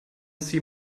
see